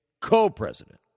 co-president